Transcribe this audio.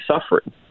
suffering